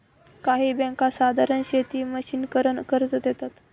काही बँका साधारण शेती मशिनीकरन कर्ज देतात